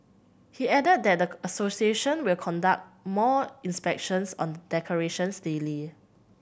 he added that the association will conduct more inspections on the decorations daily